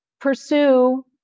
pursue